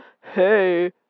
Hey